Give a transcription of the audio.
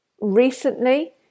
recently